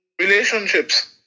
relationships